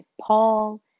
Paul